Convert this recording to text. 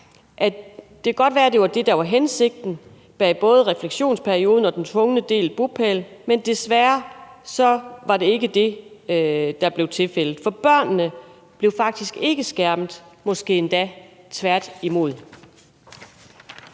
godt kan være, at det var det, der var hensigten bag både refleksionsperioden og den tvungne delt bopæl, men desværre var det ikke det, der blev tilfældet, for børnene blev faktisk ikke skærmet, måske endda tværtimod.